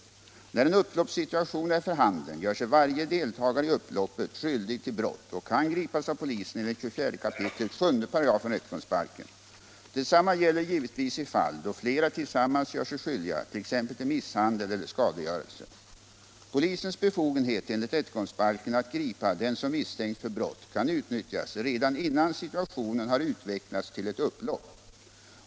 När en upploppssituation är för handen gör sig varje deltagare i upploppet skyldig till brott och kan gripas av polisen enligt 24 kap. 7§ rättegångsbalken. Detsamma gäller givetvis i fall då flera tillsammans gör sig skyldiga t.ex. till misshandel eller skadegörelse. Polisens befogenhet enligt rättegångsbalken att gripa den som misstänks för brott kan utnyttjas redan innan situationen har utvecklats till ett upplopp.